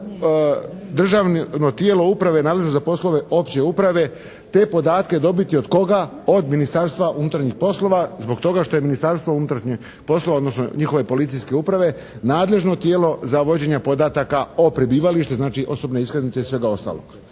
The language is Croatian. mora državno tijelo uprave nadležno za poslove opće uprave te podatke dobiti od koga? Od Ministarstva unutarnjih poslova, zbog toga što je Ministarstvo unutarnjih poslova, odnosno njihove policijske uprave nadležno tijelo za vođenje podataka o prebivalištu, znači osobne iskaznice i svega ostalog.